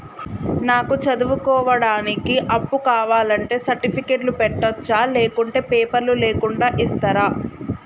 నాకు చదువుకోవడానికి అప్పు కావాలంటే సర్టిఫికెట్లు పెట్టొచ్చా లేకుంటే పేపర్లు లేకుండా ఇస్తరా?